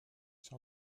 sur